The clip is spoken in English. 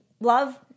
love